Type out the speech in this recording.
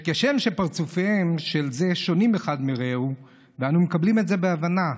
כשם שפרצופיהם שונים אחד מרעהו ואנחנו מקבלים את זה בהבנה,